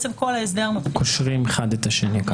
קושרים אחד לשני.